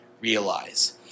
realize